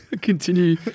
Continue